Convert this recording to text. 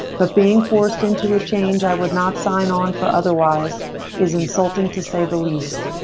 but being forced into a change i would not sign on for otherwise is insulting to say the least.